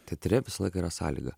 teatre visą laiką yra sąlyga